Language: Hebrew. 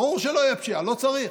ברור שלא תהיה פשיעה, לא צריך.